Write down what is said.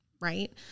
right